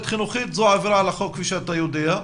חינוכית זו עבירה על החוק כפי שאתה יודע.